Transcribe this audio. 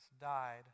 died